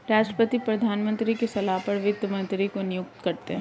राष्ट्रपति प्रधानमंत्री की सलाह पर वित्त मंत्री को नियुक्त करते है